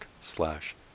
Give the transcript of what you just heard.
slash